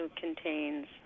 contains